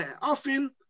often